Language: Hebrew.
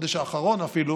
בחודש האחרון אפילו